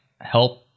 help